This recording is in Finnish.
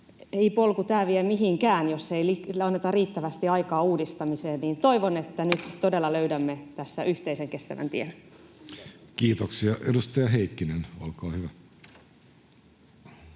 ”ei polku tää vie mihinkään”, jos ei anneta riittävästi aikaa uudistamiseen. Toivon, että nyt todella löydämme tässä yhteisen, kestävän tien. Kiitoksia. — Edustaja Heikkinen, olkaa hyvä.